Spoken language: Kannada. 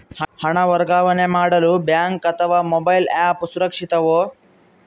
ಹಣ ವರ್ಗಾವಣೆ ಮಾಡಲು ಬ್ಯಾಂಕ್ ಅಥವಾ ಮೋಬೈಲ್ ಆ್ಯಪ್ ಸುರಕ್ಷಿತವೋ?